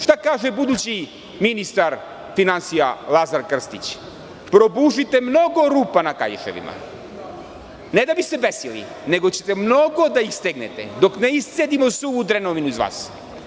Šta kaže budući ministar finansija Lazar Krstić, probušite mnogo rupa na kaišima, ne da bi se besili, nego ćete mnogo da ih stegnete dok ne iscedimo suvu drenovinu kod vas.